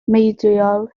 meudwyol